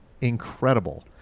incredible